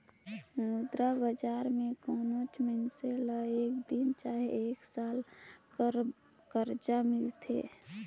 मुद्रा बजार में कोनोच मइनसे ल एक दिन चहे एक साल बर करजा मिलथे